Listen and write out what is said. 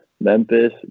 Memphis